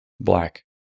black